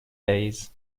days